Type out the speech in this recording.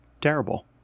terrible